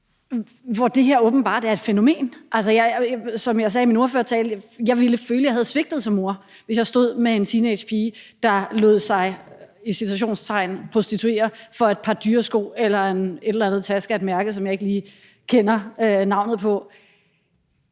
at det her åbenbart er et fænomen. Som jeg sagde i min ordførertale, så ville jeg føle, at jeg havde svigtet som mor, hvis jeg stod med en teenagepige, der lod sig – i citationstegn – prostituere for et par dyre sko eller en taske af et eller andet mærke, som jeg ikke lige kender navnet på.